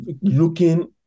looking